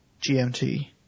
GMT